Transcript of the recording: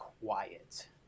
quiet